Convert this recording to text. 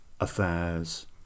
affairs